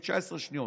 יש לי 19 שניות.